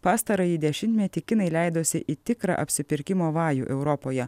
pastarąjį dešimtmetį kinai leidosi į tikrą apsipirkimo vajų europoje